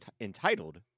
entitled